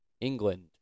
England